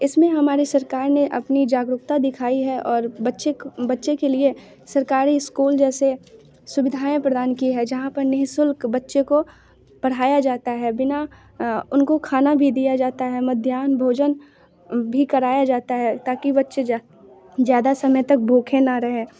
इस में हमारी सरकार ने अपनी जागरूकता दिखाई है और बच्चे को बच्चे के लिए सरकारी इस्कूल जैसी सुविधाएँ प्रदान की है जहाँ पर निःशुल्क बच्चे को पढ़ाया जाता है बिना उनको खाना भी दिया जाता है मध्यान भोजन भी कराया जाता है ताकि बच्चे ज़्यादा समय तक भूखे ना रहें